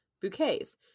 bouquets